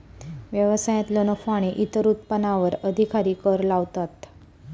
व्यवसायांतलो नफो आणि इतर उत्पन्नावर अधिकारी कर लावतात